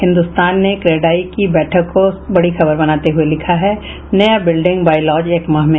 हिन्दुस्तान ने क्रेडाई की बैठक को बड़ी खबर बनाते हुए लिखा है नया बिल्डिंग बाइलॉज एक माह में